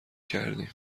کردیم